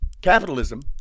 Capitalism